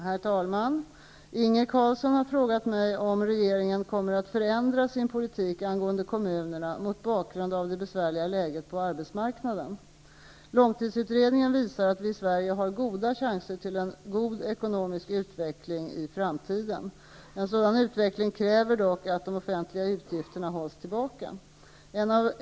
Herr talman! Inge Carlsson har frågat mig om regeringen kommer att förändra sin politik angående kommunerna mot bakgrund av det besvärliga läget på arbetsmarknaden. Långtidsutredningen visar att vi i Sverige har stora chanser till en god ekonomisk utveckling i framtiden. En sådan utveckling kräver dock att de offentliga utgifterna hålls tillbaka.